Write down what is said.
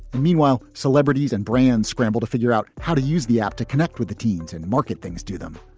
meanwhile, celebrities and brands scramble to figure out how to use the app to connect with the teens and market things to them.